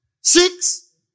six